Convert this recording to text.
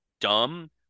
dumb